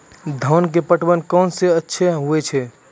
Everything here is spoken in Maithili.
धान के पटवन कोन विधि सै अच्छा होय छै?